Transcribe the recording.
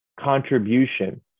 contribution